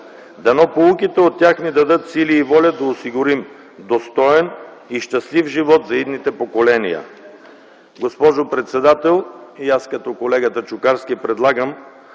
Дано поуките от тях ни дадат сили и воля да осигурим достоен и щастлив живот за идните поколения. Госпожо председател, и аз като колегата Чукарски предлагам